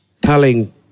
telling